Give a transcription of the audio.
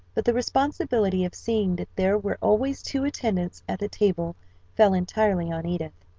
but the responsibility of seeing that there were always two attendants at the table fell entirely on edith.